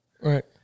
right